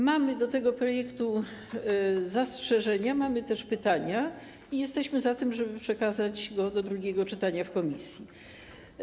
Mamy co do tego projektu zastrzeżenia, mamy też pytania i jesteśmy za tym, żeby przekazać go do drugiego czytania w komisji.